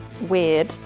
weird